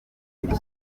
iri